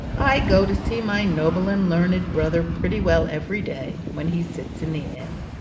i go to see my noble and learned brother pretty well every day, when he sits in the inn.